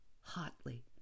hotly